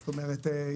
זאת אומרת,